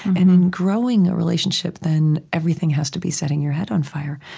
and in growing a relationship, than everything has to be setting your head on fire.